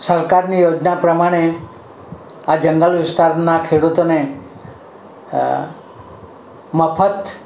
સરકારની યોજના પ્રમાણે આ જંગલ વિસ્તારના ખેડૂતોને મફત